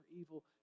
evil